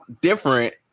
different